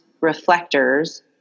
reflectors